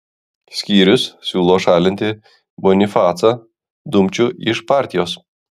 skyrius siūlo šalinti bonifacą dumčių iš partijos